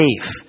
safe